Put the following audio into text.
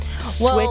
switch